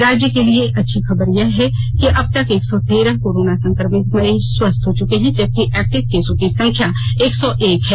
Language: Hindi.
राज्य के लिए अच्छी खबर यह है कि अबतक एक सौ तेरह कोरोना संक्रमित स्वस्थ हो चुके हैं जबकि एक्टिव केसों की संख्या एक सौ एक है